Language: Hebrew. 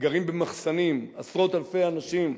גרים במחסנים עשרות אלפי אנשים.